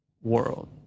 world